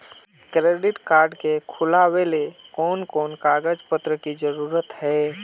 Credit card के खुलावेले कोन कोन कागज पत्र की जरूरत है?